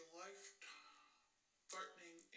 life-threatening